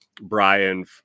Brian